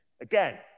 Again